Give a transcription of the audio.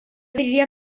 diria